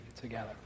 together